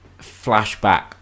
flashback